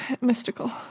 Mystical